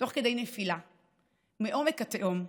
תוך כדי נפילה, מעומק התהום,